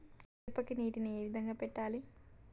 మిరపకి నీటిని ఏ విధంగా పెట్టాలి?